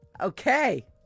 Okay